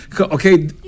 Okay